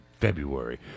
February